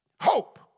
Hope